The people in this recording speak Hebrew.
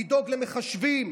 לדאוג למחשבים,